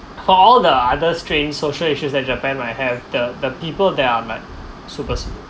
whole the others train social issues that japan I have the the people there are like super sweet